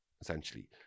essentially